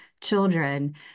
children